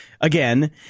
Again